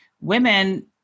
women